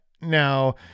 now